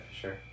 sure